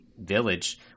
Village